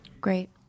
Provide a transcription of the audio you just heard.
Great